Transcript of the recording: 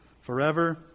forever